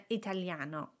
italiano